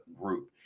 group